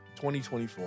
2024